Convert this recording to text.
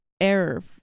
error